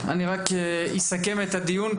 אני רק אסכם את הדיון,